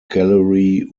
gallery